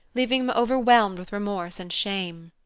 leaving him overwhelmed with remorse and shame.